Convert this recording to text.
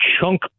chunk